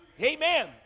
Amen